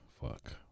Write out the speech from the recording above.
fuck